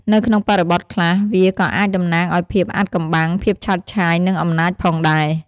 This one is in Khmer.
នៅក្នុងបរិបទខ្លះ វាក៏អាចតំណាងឱ្យភាពអាថ៌កំបាំង ភាពឆើតឆាយ និងអំណាចផងដែរ។